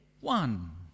One